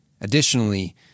Additionally